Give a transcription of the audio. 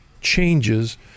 changes